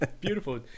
beautiful